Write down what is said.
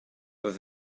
oedd